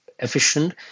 efficient